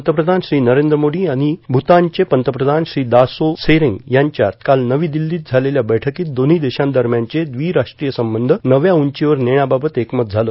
पंतप्रधान श्री नरेंद्र मोदी आणि भूतानचे पंतप्रधान श्री दाशो त्शेरींग यांच्यात काल नवी दिल्लीत झालेल्या बैठकीत दोव्ही देशांदरम्यानचे द्वीराष्ट्रीय संबंध नव्या उंचीवर नेण्याबाबत एकमत झालं